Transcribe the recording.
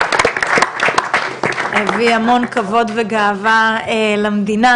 הביא המון כבוד וגאווה למדינה,